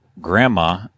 grandma